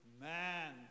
man